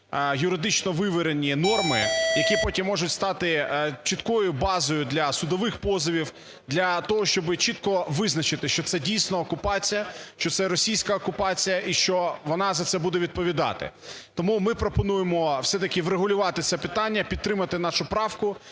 юридично виверені норми, які потім можуть стати чіткою базою для судових позовів, для того, щоби чітко визначити, що це дійсно окупація, що це російська окупація, і що вона за це буде відповідати. Тому ми пропонуємо все-таки врегулювати це питання, підтримати нашу правку